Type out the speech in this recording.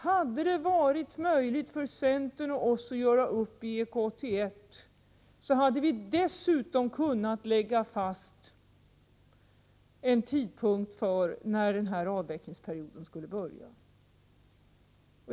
Hade det varit möjligt för centern och oss att göra upp i EK 81, hade vi dessutom kunnat lägga fast en tidpunkt för när avvecklingsperioden skulle börja.